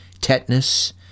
tetanus